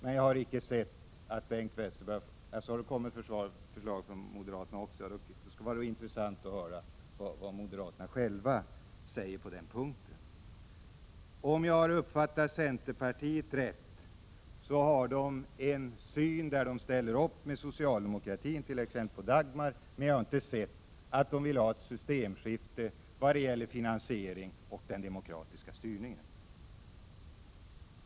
Om det nu har kommit förslag från moderaterna, skulle det vara intressant att höra vad de själva säger på den punkten. Om jag har uppfattat centerpartisterna rätt har de en linje där de ställer upp tillsammans med socialdemokratin, t.ex. på Dagmar. Men jag har inte sett att de vill ha ett systemskifte i vad gäller finansiering och demokratisk styrning.